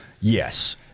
Yes